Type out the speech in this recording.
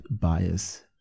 bias